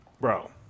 bro